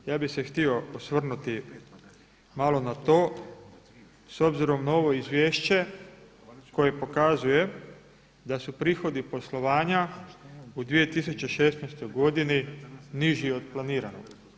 Ja bih se htio osvrnuti malo na to, s obzirom na ovo izvješće koje pokazuje da su prihodi poslovanja u 2016. godini niži od planiranog.